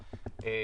נכון.